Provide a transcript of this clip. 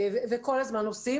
כל הזמן עושים.